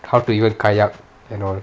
how do you kayak and all